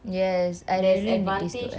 yes I really